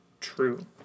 True